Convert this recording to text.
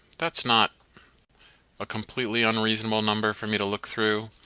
that's not a completely unreasonable number for me to look through.